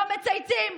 לא מצייצים,